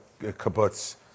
kibbutz